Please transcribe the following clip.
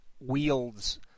wields